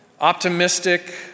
optimistic